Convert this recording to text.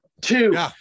two